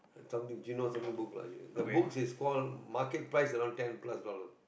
somethine Geno something book lah the book is call market price around ten plus dollars